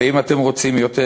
ואם אתם רוצים יותר,